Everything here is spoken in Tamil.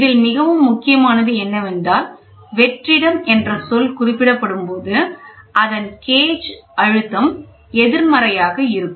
இதில் மிகவும் முக்கியமானது என்னவென்றால் வெற்றிடம் என்ற சொல் குறிப்பிடப்படும்போது அதன் கேஜ் அழுத்தம் எதிர்மறையாக இருக்கும்